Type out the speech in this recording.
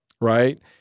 right